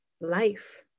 life